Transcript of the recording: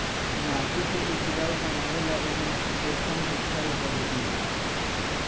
माटी के उपजाऊ बनावे ला एमे पोषण होखल जरूरी बा